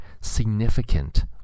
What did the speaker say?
significant